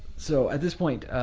so, at this point,